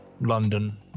London